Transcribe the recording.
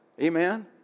Amen